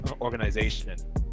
organization